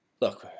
Look